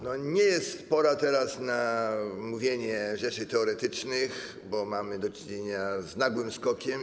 Nie jest pora teraz na mówienie rzeczy teoretycznych, bo mamy do czynienia z nagłym skokiem.